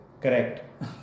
Correct